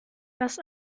das